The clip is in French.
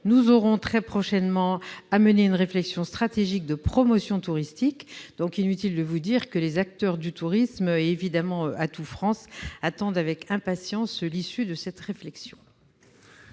nous aurions très prochainement à mener une réflexion stratégique sur la promotion touristique. Il est inutile de vous dire que les acteurs du tourisme, notamment Atout France, attendent avec impatience l'issue de cette réflexion.